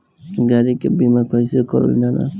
गाड़ी के बीमा कईसे करल जाला?